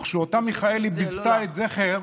ואותה מיכאלי ביזתה את זכר